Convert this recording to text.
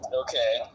Okay